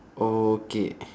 okay